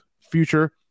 future